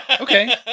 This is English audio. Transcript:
Okay